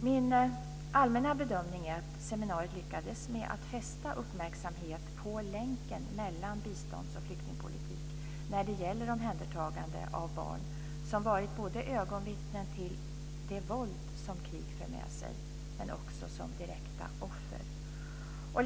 Min allmänna bedömning är att seminariet lyckades med att fästa uppmärksamhet på länken mellan bistånds och flyktingpolitik när det gäller omhändertagande av barn som varit både ögonvittnen till det våld som krig för med sig och direkta offer.